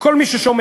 כל מי ששומע,